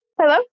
Hello